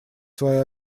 своей